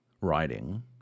writing